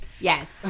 Yes